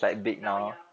now ya